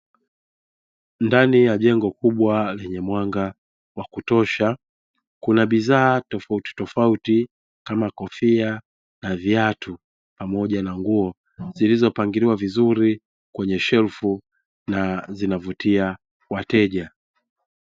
Ndani ya jengo kubwa lenye mwanga wa kutosha kuna bidhaa tofauti tofauti kama, kofia na viatu pamoja na nguo zilizopangiliwa vizuri kwenye shelfu na zinavutia wateja.